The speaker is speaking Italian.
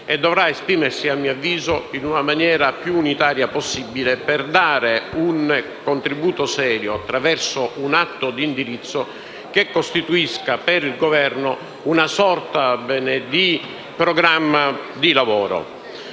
e dovrà farlo, a mio avviso, nella maniera più unitaria possibile per dare un contributo serio, attraverso un atto di indirizzo che costituisca per il Governo una sorta di programma di lavoro.